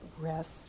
rest